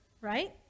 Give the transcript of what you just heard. right